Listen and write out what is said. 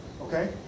Okay